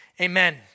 Amen